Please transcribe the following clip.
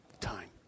time